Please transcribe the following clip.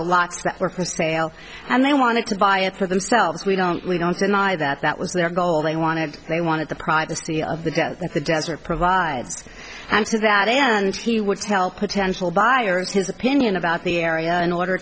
were for sale and they wanted to buy it for themselves we don't we don't deny that that was their goal they wanted they wanted the privacy of the death of the desert provides and to that end he would tell potential buyers his opinion about the area in order